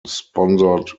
sponsored